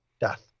death